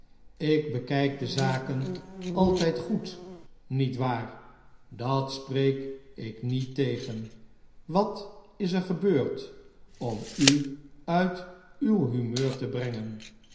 ik bekp de zaken aitjjd goed niet waar dat spreek ik niet tegen wat is er gebeurd om u uit uw humeur te brengen